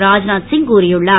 ராத்நாத் சிங் கூறியுள்ளார்